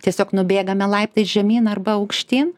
tiesiog nubėgame laiptais žemyn arba aukštyn